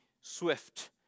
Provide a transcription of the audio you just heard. swift